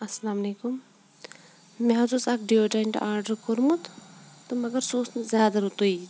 اَسَلامُ علیکُم مےٚ حظ اوس اَکھ ڈیوٗڈرنٛٹ اَکھ آڈَر کوٚرمُت تہٕ مگر سُہ اوس نہٕ زیادٕ رُتُے